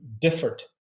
differed